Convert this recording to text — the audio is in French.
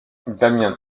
damien